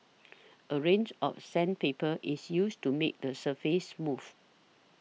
a range of sandpaper is used to make the surface smooth